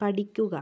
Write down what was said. പഠിക്കുക